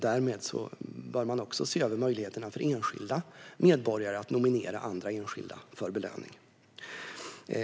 Därmed bör man också se över möjligheterna för enskilda medborgare att nominera andra enskilda för belöning.